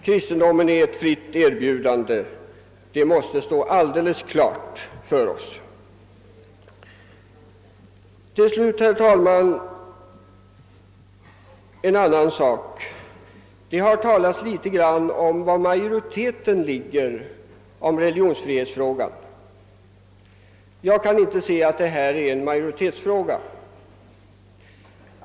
Kristendomen är ett fritt erbjudande; det måste stå alldeles klart för oss. Det har också de religiösa organisationerna som yttrat sig förstått. Till slut, herr talman, en annan sak! Det har talats om var majoriteten står i religionsfrågan, men jag kan inte anse att detta skulle vara en majoritets fråga.